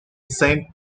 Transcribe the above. saint